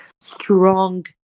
strong